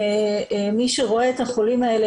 ומי שרואה את החולים האלה,